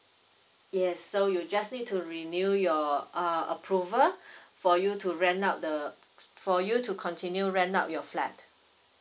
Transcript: yes so you just need to renew your uh approval for you to rent out the for you to continue rent out your flat